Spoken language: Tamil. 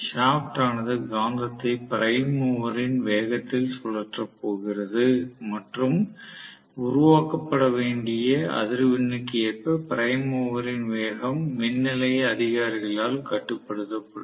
ஷாப்ட் ஆனது காந்தத்தை பிரைம் மூவரின் வேகத்தில் சுழற்றப் போகிறது மற்றும் உருவாக்கப்பட வேண்டிய அதிர்வெண்ணுக்கு ஏற்ப பிரைம் மூவரின் வேகம் மின் நிலைய அதிகாரிகளால் கட்டுப்படுத்தப்படும்